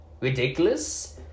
ridiculous